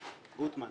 גוטמן.